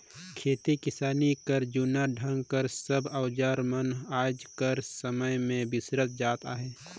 खेती किसानी कर जूना ढंग कर सब अउजार मन आएज कर समे मे बिसरात जात अहे